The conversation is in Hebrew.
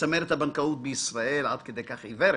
שצמרת הבנקאות בישראל עד כדי כך עיוורת.